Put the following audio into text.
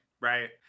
right